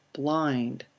blind,